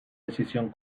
decisión